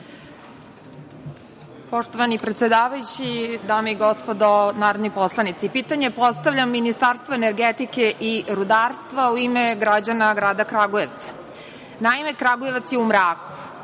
Poštovani predsedavajući, dame i gospodo narodni poslanici, pitanje postavljam Ministarstvu energetike i rudarstva u ime građana grada Kragujevca. Naime, Kragujevac je u mraku,